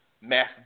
mass